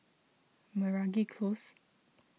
Meragi Close